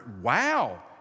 wow